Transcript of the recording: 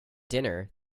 dinner